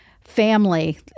family